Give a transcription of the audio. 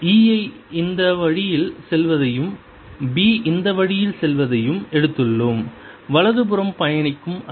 E ஐ இந்த வழியில் செல்வதையும் B இந்த வழியில் செல்வதையும் எடுத்துள்ளோம் வலதுபுறம் பயணிக்கும் அலை